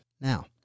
Now